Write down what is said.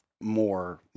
more